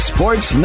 Sports